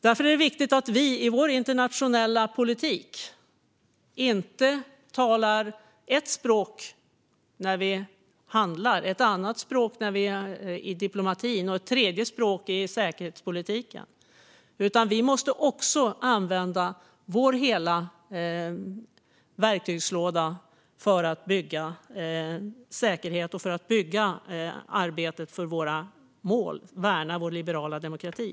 Därför är det viktigt att Sverige i vår internationella politik inte talar ett språk när vi handlar, ett annat i diplomatin och ett tredje i säkerhetspolitiken. Också vi måste använda hela vår verktygslåda för att bygga säkerhet och bygga arbetet för våra mål: att värna vår liberala demokrati.